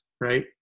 right